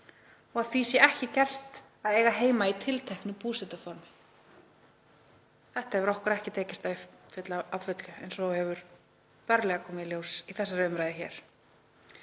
og að því sé ekki gert að eiga heima í tilteknu búsetuformi.“ Þetta hefur okkur ekki tekist að uppfylla að fullu eins og hefur berlega komið í ljós í þessari umræðu hér.